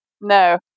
No